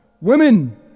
Women